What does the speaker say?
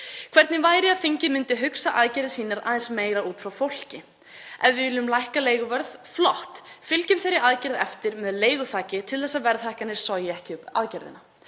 Hvernig væri að þingið myndi hugsa aðgerðir sínar aðeins meira út frá fólki? Ef við viljum lækka leiguverð, flott. Fylgjum þeirri aðgerð eftir með leiguþaki til að verðhækkanir sogi ekki upp aðgerðina.